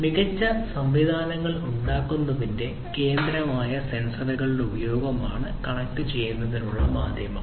മികച്ച സംവിധാനങ്ങൾ ഉണ്ടാക്കുന്നതിന്റെ കേന്ദ്രമായ സെൻസറുകളുടെ ഉപയോഗമാണ് കണക്റ്റുചെയ്യുന്നതിനുള്ള മാധ്യമം